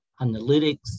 analytics